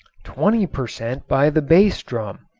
twenty per cent. by the bass drum,